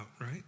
right